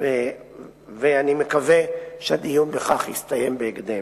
ואני מקווה שהדיון בכך יסתיים בהקדם,